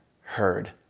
heard